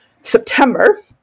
september